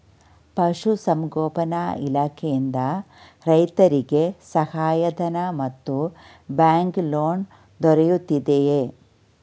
ಪಶು ಸಂಗೋಪನಾ ಇಲಾಖೆಯಿಂದ ರೈತರಿಗೆ ಸಹಾಯ ಧನ ಮತ್ತು ಬ್ಯಾಂಕ್ ಲೋನ್ ದೊರೆಯುತ್ತಿದೆಯೇ?